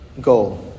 goal